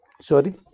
Sorry